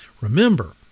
Remember